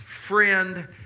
friend